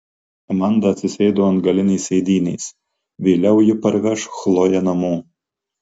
amanda atsisėdo ant galinės sėdynės vėliau ji parveš chloję namo